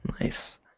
Nice